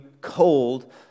cold